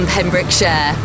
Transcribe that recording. Pembrokeshire